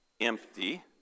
empty